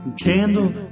Candle